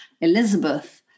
Elizabeth